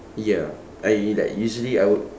ya I like usually I would